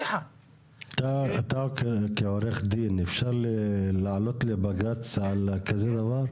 אתה כעורך דין, אפשר לעלות לבג"צ על כזה דבר?